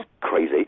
crazy